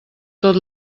tot